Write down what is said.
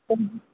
கொஞ்சம்